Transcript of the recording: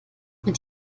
mit